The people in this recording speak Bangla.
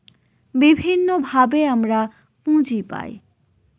বিভিন্নভাবে আমরা পুঁজি পায়